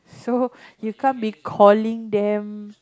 so you can't be calling them